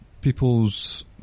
people's